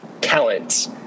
talent